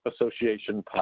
Association